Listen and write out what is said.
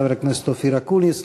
חבר הכנסת אופיר אקוניס,